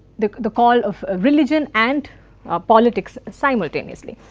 the the call of religion and ah politics simultaneously.